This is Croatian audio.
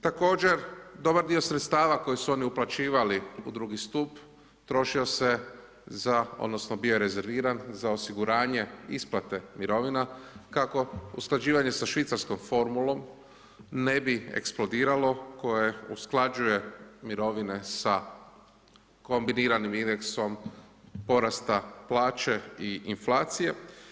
Također dobar dio sredstava koji su oni uplaćivali u drugi stup trošio se za, odnosno bio je rezerviran za osiguranje isplate mirovina kako usklađivanje sa švicarskom formulom ne bi eksplodiralo, koje usklađuje mirovine sa kombiniranim indeksom porasta plaće i inflacije.